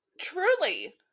Truly